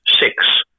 six